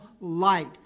light